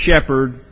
shepherd